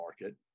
market